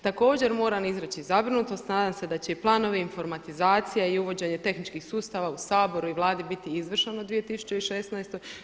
Također moram izreći zabrinutost, nadam se da će i planovi, informatizacija i uvođenje tehničkih sustava u Saboru i Vladi biti izvršeno u 2016.